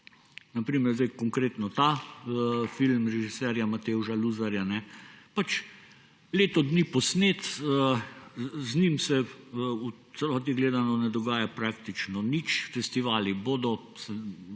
na primer zdaj konkretno ta film režiserja Matevža Luzarja pač leto dni posnet, z njim se v celoti gledano ne dogaja praktično nič. Festivali bodo,